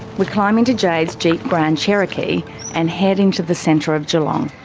we climb into jade's jeep grand cherokee and head into the centre of geelong.